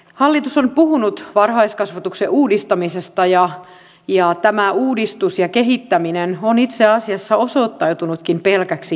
hallitus on puhunut varhaiskasvatuksen uudistamisesta ja tämä uudistus ja kehittäminen on itse asiassa osoittautunutkin pelkäksi säästämiseksi